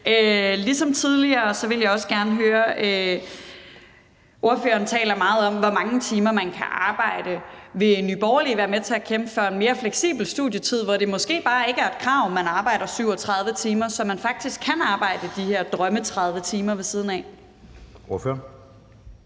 diverse ydelser; det vil jeg glæde mig til. Ordføreren taler meget om, hvor mange timer man kan arbejde. Vil Nye Borgerlige være med til at kæmpe for en mere fleksibel studietid, hvor det måske bare ikke er et krav, at man arbejder 37 timer, så man faktisk kan arbejde de her 30 timer, man kan drømme